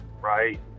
right